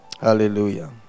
Hallelujah